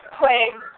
playing